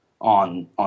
on